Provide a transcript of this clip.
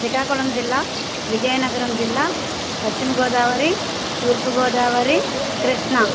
శ్రీకాకుళం జిల్లా విజయనగరం జిల్లా పశ్చిమగోదావరి తూర్పుగోదావరి కృష్ణ